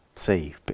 see